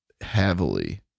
heavily